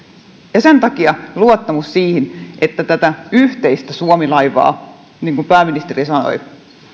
sen takia luottamus siihen että tätä yhteistä suomi laivaa niin kuin pääministeri sanoi